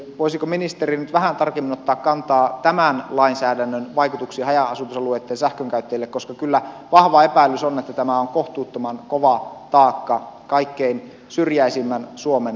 voisiko ministeri nyt vähän tarkemmin ottaa kantaa tämän lainsäädännön vaikutuksiin haja asutusalueitten sähkönkäyttäjiin koska kyllä vahva epäilys on että tämä on kohtuuttoman kova taakka kaikkein syrjäisimmän suomen sähkönkäyttäjille